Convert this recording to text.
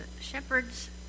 shepherds